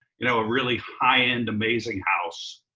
you know a really high-end amazing house,